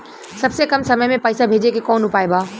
सबसे कम समय मे पैसा भेजे के कौन उपाय बा?